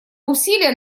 усилия